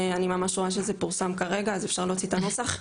אני רואה שזה פורסם ממש כרגע אז אפשר להוציא את הנוסח.